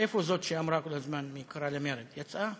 איפה זאת שאמרה כל הזמן: "מי קרא למרד?" יצאה?